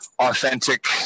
Authentic